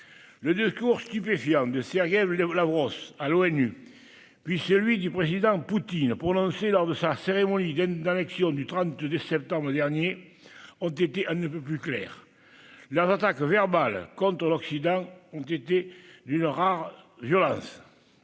Le discours stupéfiant de Sergueï Lavrov à l'ONU, puis celui du président Poutine, prononcé lors de sa cérémonie d'annexion du 30 septembre dernier, ont été on ne peut plus clairs. Leurs attaques verbales contre l'Occident ont été d'une rare violence.